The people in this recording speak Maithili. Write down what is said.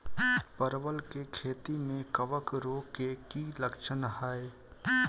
परवल केँ खेती मे कवक रोग केँ की लक्षण हाय?